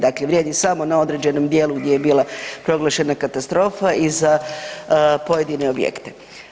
Dakle, vrijedi samo na određenom dijelu gdje je bila proglašena katastrofa i za pojedine objekte.